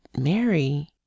Mary